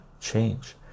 change